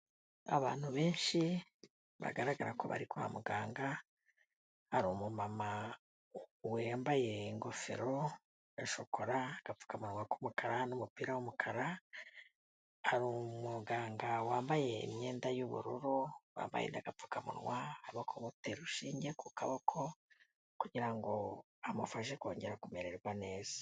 Abantu benshi bagaragara ko bari kwa muganga, hari umumama wambaye ingofero ya shokora, agapfukamunwa k'umukara n'umupira w'umukara, hari umuganga wambaye imyenda y'ubururu, yambaye n'agapfukamunwa, ari kumutera urushinge ku kaboko kugira ngo amufashe kongera kumererwa neza.